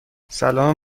سلام